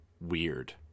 weird